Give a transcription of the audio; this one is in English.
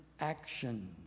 action